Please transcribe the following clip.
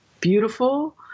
beautiful